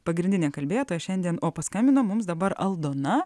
pagrindinė kalbėtoja šiandien o paskambino mums dabar aldona